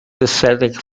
ascetic